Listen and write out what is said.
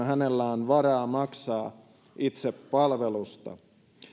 hänellä on varaa maksaa itse palvelusta